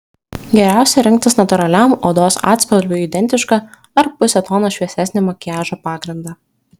geriausia rinktis natūraliam odos atspalviui identišką ar puse tono šviesesnį makiažo pagrindą